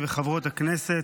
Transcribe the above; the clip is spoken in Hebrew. ונתן גושן.